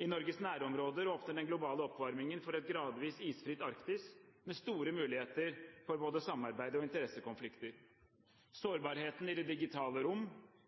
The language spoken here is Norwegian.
I Norges nærområder åpner den globale oppvarmingen for et gradvis isfritt Arktis, med store muligheter for både samarbeid og interessekonflikter. Sårbarheten i det digitale rom